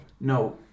no